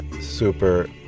Super